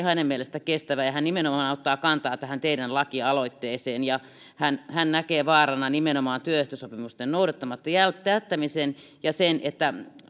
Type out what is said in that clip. hänen mielestään kestävä ja hän nimenomaan ottaa kantaa tähän teidän lakialoitteeseenne hän hän näkee vaarana nimenomaan työehtosopimusten noudattamatta jättämisen ja sen että